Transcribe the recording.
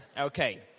Okay